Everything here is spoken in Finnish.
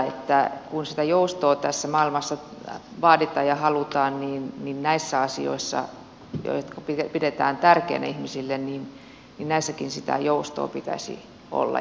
kun sitä joustoa tässä maailmassa vaaditaan ja halutaan niin näissäkin asioissa joita pidetään tärkeinä ihmisille sitä joustoa pitäisi olla